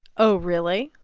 oh, really?